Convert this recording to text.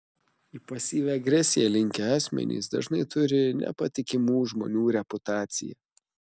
į pasyvią agresiją linkę asmenys dažnai turi nepatikimų žmonių reputaciją